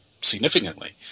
significantly